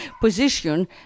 position